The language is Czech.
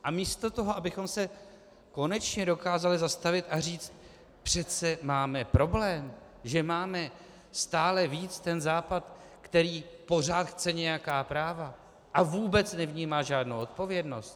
A místo toho, abychom se konečně dokázali zastavit a říct: přece máme problém, že máme stále víc ten Západ, který pořád chce nějaká práva a vůbec nevnímá žádnou odpovědnost.